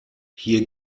hier